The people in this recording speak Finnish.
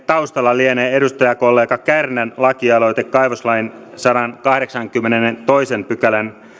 taustalla lienee edustajakollega kärnän lakialoite kaivoslain sadannenkahdeksannenkymmenennentoisen pykälän